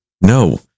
No